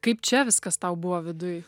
kaip čia viskas tau buvo viduj